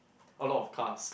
a lot of cars